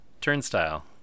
Turnstile